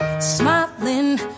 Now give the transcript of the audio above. Smiling